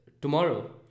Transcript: tomorrow